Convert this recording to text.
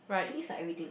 trees like everything